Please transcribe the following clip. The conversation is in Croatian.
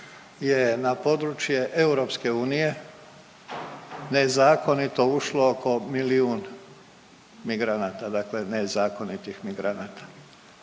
je na područje EU nezakonito ušlo oko milijun migranata, dakle nezakonitih migranata,